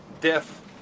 Death